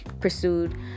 pursued